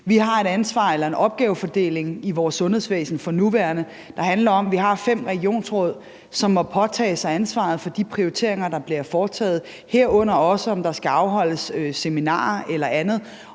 Vi har en opgavefordeling i vores sundhedsvæsen for nuværende, der handler om, at vi har fem regionsråd, som må påtage sig ansvaret for de prioriteringer, der bliver foretaget, herunder om der skal afholdes seminarer eller andet,